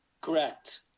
Correct